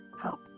help